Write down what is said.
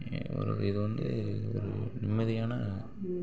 ஒரு இது வந்து ஒரு நிம்மதியான